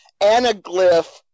anaglyph